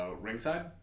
ringside